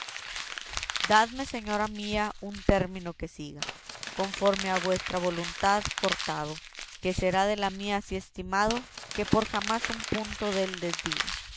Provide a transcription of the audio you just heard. dadme señora un término que siga conforme a vuestra voluntad cortado que será de la mía así estimado que por jamás un punto dél